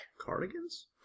Cardigans